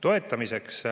toetamiseks.